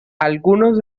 algunos